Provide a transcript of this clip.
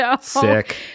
Sick